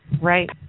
Right